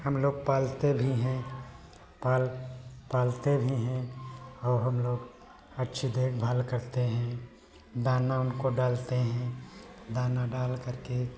हमलोग पालते भी हैं पाल पालते भी हैं और हमलोग अच्छी देखभाल करते हैं दाना उनको डालते हैं दाना डाल करके